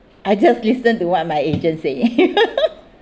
I just listen to what my agent say